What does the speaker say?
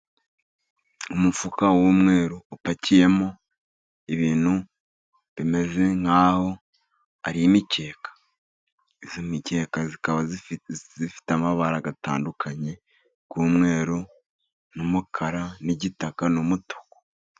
Umufuka w'umweru upakiyemo ibintu bimeze nk'aho ari imikeka. Iyi mikeka ikaba ifite amabara atandukanye y'umweru n'umukara n'igitaka n'umutuku.